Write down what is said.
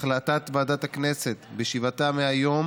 החלטת ועדת הכנסת, בישיבתה מיום